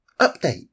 Update